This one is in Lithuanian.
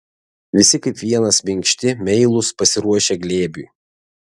visi kaip vienas minkšti meilūs pasiruošę glėbiui